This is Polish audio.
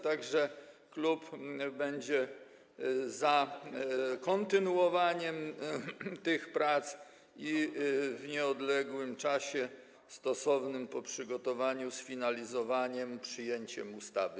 Tak że klub będzie za kontynuowaniem tych prac i w nieodległym, stosownym czasie, po przygotowaniu, sfinalizowaniem i przyjęciem ustawy.